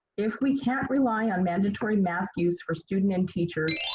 if we can't rely on mandatory mask use for student and teachers.